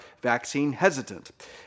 vaccine-hesitant